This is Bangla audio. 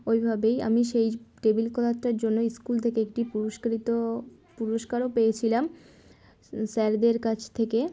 ওইভাবেই আমি সেই টেবিল ক্লথটার জন্য স্কুল থেকে একটি পুরস্কৃত পুরস্কারও পেয়েছিলাম স্যারদের কাছ থেকে